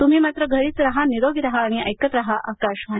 तुम्ही मात्र घरीच रहा निरोगी रहा आणि ऐकत रहा आकाशवाणी